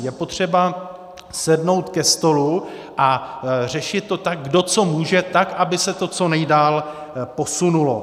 Je potřeba sednout ke stolu a řešit to tak, kdo co může, tak aby se to co nejdál posunulo.